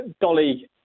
Dolly